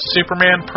Superman